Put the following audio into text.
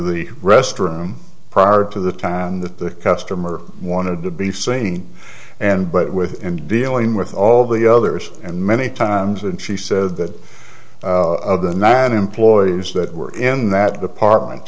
the restroom prior to the time that the customer wanted to be saying and but with in dealing with all the others and many times and she said that of the nine employees that were in that apartment